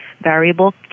Variable